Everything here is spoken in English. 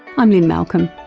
i'm lynne malcolm,